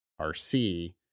RC